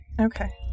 Okay